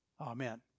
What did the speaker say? Amen